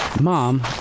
Mom